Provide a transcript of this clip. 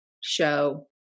show